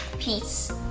peace!